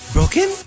Broken